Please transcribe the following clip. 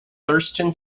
thurston